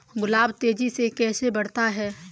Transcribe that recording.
गुलाब तेजी से कैसे बढ़ता है?